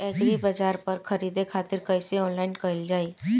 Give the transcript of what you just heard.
एग्रीबाजार पर खरीदे खातिर कइसे ऑनलाइन कइल जाए?